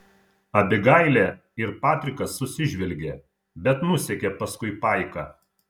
abigailė ir patrikas susižvelgė bet nusekė paskui paiką